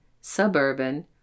suburban